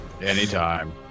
Anytime